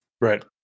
Right